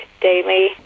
daily